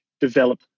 develop